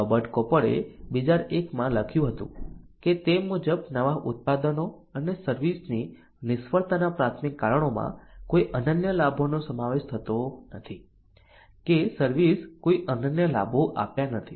Robert કોપરે 2001 માં લખ્યું હતું તે મુજબ નવા ઉત્પાદનો અને સર્વિસ ની નિષ્ફળતાના પ્રાથમિક કારણોમાં કોઈ અનન્ય લાભોનો સમાવેશ થતો નથી કે સર્વિસ એ કોઈ અનન્ય લાભો આપ્યા નથી